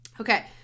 Okay